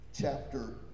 chapter